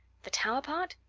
the tower part?